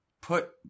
put